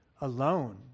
alone